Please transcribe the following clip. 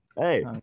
Hey